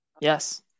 Yes